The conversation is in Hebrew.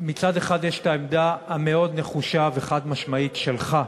מצד אחד יש העמדה המאוד-נחושה והחד-משמעית שלך,